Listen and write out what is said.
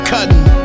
Cutting